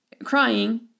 crying